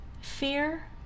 fear